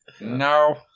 No